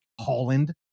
Holland